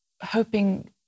hoping